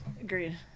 Agreed